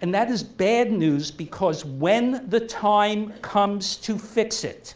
and that is bad news because when the time comes to fix it